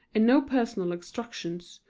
and no personal instruction,